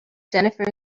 jennifer